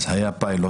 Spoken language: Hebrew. זה היה פיילוט,